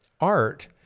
art